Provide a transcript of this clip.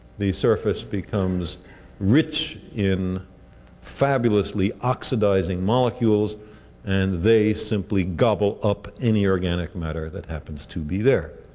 the surface becomes rich in fabulously oxidizing molecules and they simply gobble up any organic matter that happens to be there.